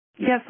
Yes